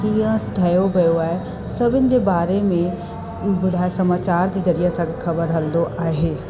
कीअं ठहियो पयो आहे सभिनि जे बारे में ॿुधाए समाचार जे ज़रिये असांखे ख़बरु हलंदो आहे